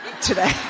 today